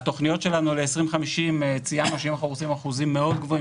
בתוכניות שלנו ל-2050 ציינו שאם אנחנו רוצים אחוזים גבוהים